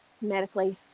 medically